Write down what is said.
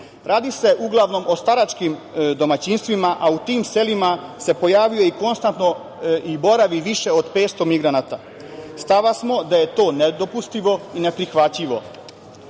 Radi se, uglavnom, o staračkim domaćinstvima, a u tim selima se pojavljuje i konstantno boravi više od 500 migranata. Stava smo da je to nedopustivo i neprihvatljivo. Slična